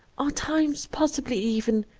are times, possibly even,